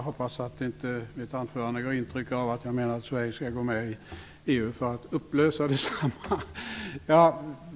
Herr talman! Jag hoppas att mitt anförande inte gav intrycket att jag menade att Sverige skulle gå med i EU för att upplösa detsamma.